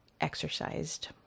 exercised